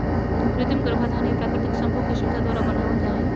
कृत्रिम गर्भाधान या प्राकृतिक संभोग की सुविधा द्वारा बनाबल जा हइ